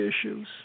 issues